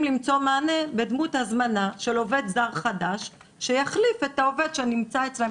למצוא מענה בדמות הזמנה של עובד זר חדש שיחליף את העובד שנמצא אצלם,